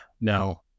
no